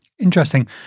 Interesting